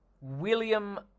william